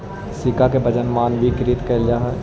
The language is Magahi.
सिक्का के वजन मानकीकृत कैल जा हई